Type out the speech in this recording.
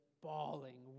bawling